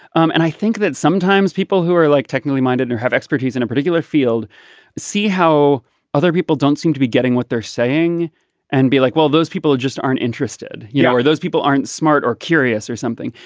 um and i think that sometimes people who are like technically minded who have expertise in a particular field see how other people don't seem to be getting what they're saying and be like well those people just aren't interested you know or those people aren't smart or curious or something.